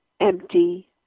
empty